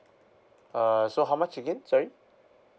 uh so how much again sorry